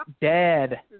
Dead